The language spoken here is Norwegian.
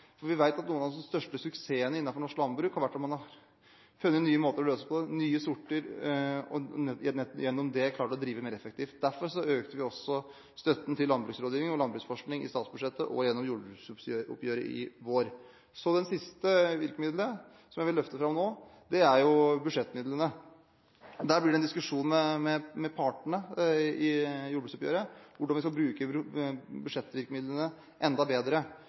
Vi vet at noen av de største suksessene innenfor norsk landbruk har vært når man har funnet nye måter å løse ting på, nye sorter, og gjennom det klart å drive mer effektivt. Derfor økte vi også støtten til landbruksrådgivning og landbruksforskning i statsbudsjettet og gjennom jordbruksoppgjøret i vår. Det siste virkemiddelet jeg vil løfte fram nå, er budsjettvirkemidlene. Der blir det en diskusjon med partene i jordbruksoppgjøret om hvordan vi skal bruke budsjettvirkemidlene enda bedre.